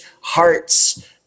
hearts